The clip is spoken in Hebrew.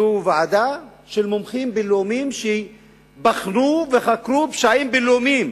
זו ועדה של מומחים בין-לאומיים שבחנו וחקרו פשעים בין-לאומיים,